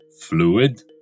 fluid